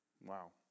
Wow